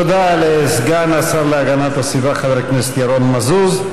תודה לסגן השר להגנת הסביבה חבר הכנסת ירון מזוז.